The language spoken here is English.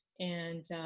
and